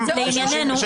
זה באמת לא קשור לחזקה.